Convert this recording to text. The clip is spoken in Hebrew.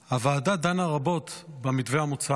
הוועדה דנה רבות במתווה המוצע,